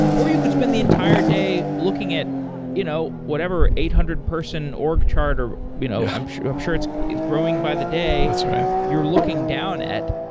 or you could spend the entire day looking at you know whatever eight hundred person org chart, or you know i'm sure i'm sure it's growing by the day that's right you're looking down at